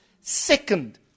second